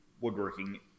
woodworking